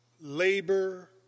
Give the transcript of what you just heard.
Labor